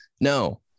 No